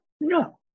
No